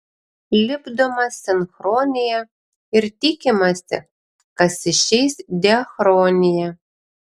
lipdoma sinchronija ir tikimasi kas išeis diachronija